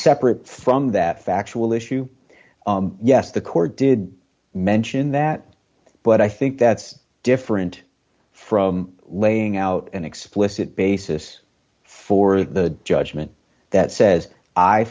separate from that factual issue yes the court did mention that but i think that's different from laying out an explicit basis for the judgment that says i